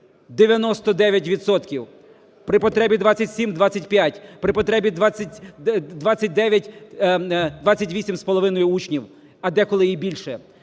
при потребі 27, 25, при потребі 29, 28,5 учнів, а деколи і більше.